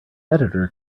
editor